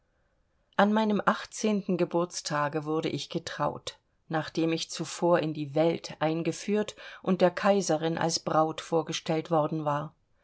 an meinem achtzehnten geburtstage wurde ich getraut nachdem ich zuvor in die welt eingeführt und der kaiserin als braut vorgestellt worden war